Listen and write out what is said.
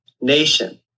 nation